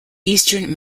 eastern